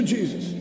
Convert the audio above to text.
Jesus